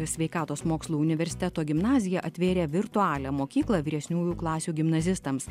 sveikatos mokslų universiteto gimnazija atvėrė virtualią mokyklą vyresniųjų klasių gimnazistams